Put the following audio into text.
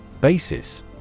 Basis